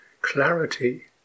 clarity